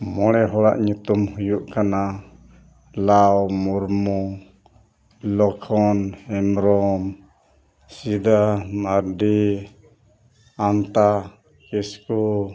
ᱢᱚᱬᱮ ᱦᱚᱲᱟᱜ ᱧᱩᱛᱩᱢ ᱦᱩᱭᱩᱜ ᱠᱟᱱᱟ ᱞᱟᱣ ᱢᱩᱨᱢᱩ ᱞᱚᱠᱠᱷᱚᱱ ᱦᱮᱢᱵᱨᱚᱢ ᱥᱤᱫᱟᱹ ᱢᱟᱨᱰᱤ ᱟᱢᱛᱟ ᱠᱤᱥᱠᱩ